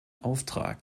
auftrag